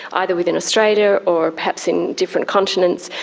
either within australia or perhaps in different continents,